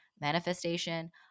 manifestation